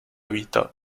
vita